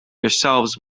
yourselves